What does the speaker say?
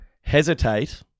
hesitate